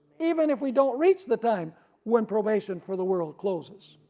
even if we don't reach the time when probation for the world closes.